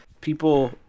people